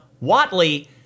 Watley